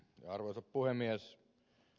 arvoisa puhemies